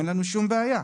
אין לנו שום בעיה.